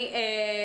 אשמח.